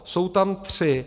Jsou tam tři.